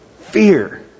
fear